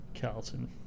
Carlton